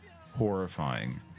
horrifying